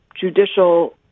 judicial